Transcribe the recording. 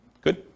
Good